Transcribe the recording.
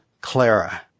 Clara